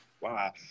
Wow